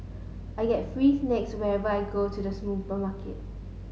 I get free snacks whenever I go to the supermarket